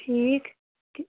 ٹھیٖک